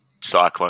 Cyclone